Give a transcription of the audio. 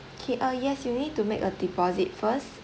K uh yes you need to make a deposit first